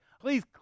Please